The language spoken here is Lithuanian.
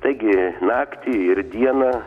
taigi naktį ir dieną